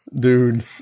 Dude